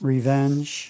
Revenge